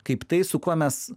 kaip tai su kuo mes